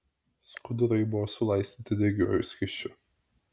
skudurai buvo sulaistyti degiuoju skysčiu